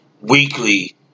weekly